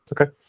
Okay